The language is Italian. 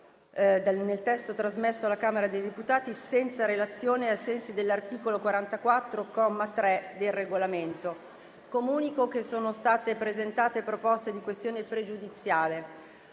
nel testo trasmesso dalla Camera dei deputati senza relazione, ai sensi dell'articolo 44, comma 3, del Regolamento. Comunico che sono state presentate alcune proposte di questione pregiudiziale.